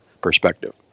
perspective